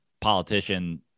politician